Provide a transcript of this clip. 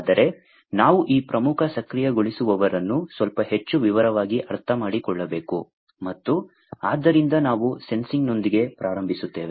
ಆದರೆ ನಾವು ಈ ಪ್ರಮುಖ ಸಕ್ರಿಯಗೊಳಿಸುವವರನ್ನು ಸ್ವಲ್ಪ ಹೆಚ್ಚು ವಿವರವಾಗಿ ಅರ್ಥಮಾಡಿಕೊಳ್ಳಬೇಕು ಮತ್ತು ಆದ್ದರಿಂದ ನಾವು ಸೆನ್ಸಿಂಗ್ನೊಂದಿಗೆ ಪ್ರಾರಂಭಿಸುತ್ತೇವೆ